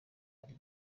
ari